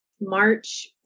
March